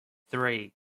three